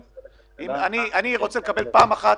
אני רוצה לקבל פעם אחת